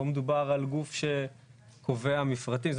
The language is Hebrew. פה מדובר על גוף שקובע מפרטים.